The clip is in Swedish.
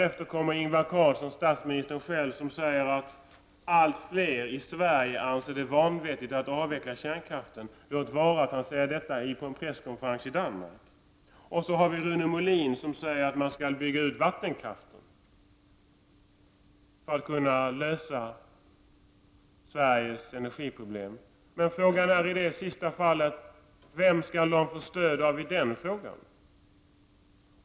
Efter honom kommer statsministern och säger att allt fler i Sverige anser det vanvettigt att avveckla kärnkraften — låt vara att han säger detta på en presskonferens i Danmark. Så har vi Rune Molin som säger att man skall bygga ut vattenkraften för att kunna lösa Sveriges energiproblem. Vem skall man då få stöd av när det gäller den sista frågan?